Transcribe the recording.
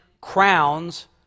crowns